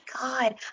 god